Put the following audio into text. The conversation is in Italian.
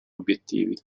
obiettivi